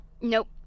Nope